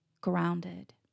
grounded